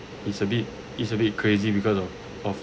it's a bit it's a bit crazy because of